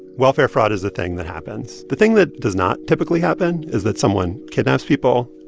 welfare fraud is a thing that happens. the thing that does not typically happen is that someone kidnaps people,